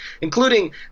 including